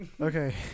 Okay